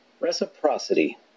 Reciprocity